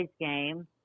game